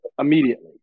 Immediately